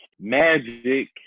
Magic